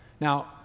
Now